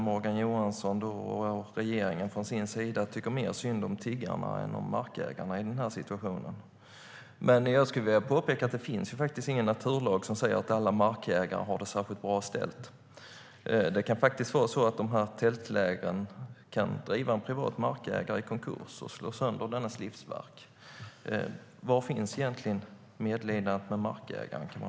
Morgan Johansson och regeringen tycker uppenbart mer synd om tiggarna än om markägarna i denna situation. Låt mig påpeka att det inte finns någon naturlag som säger att alla markägare har det bra ställt. Tältlägren kan faktiskt driva en privat markägare i konkurs och slå sönder dennes livsverk. Var finns medlidandet med markägaren?